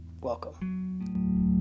Welcome